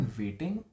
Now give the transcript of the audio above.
waiting